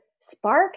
spark